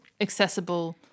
accessible